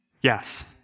Yes